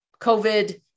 COVID